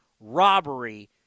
robbery